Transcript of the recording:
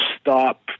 stop